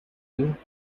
you